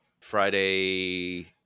Friday